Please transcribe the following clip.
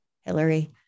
Hillary